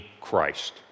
Christ